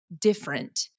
different